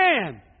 man